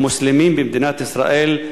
המוסלמים במדינת ישראל,